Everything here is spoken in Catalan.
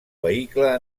vehicle